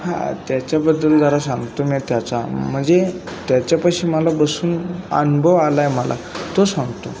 हां त्याच्याबद्दल जरा सांगतो मी त्याचा म्हणजे त्याच्यापाशी मला बसून अनुभव आला आहे मला तो सांगतो